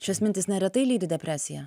šios mintys neretai lydi depresiją